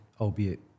Albeit